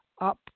up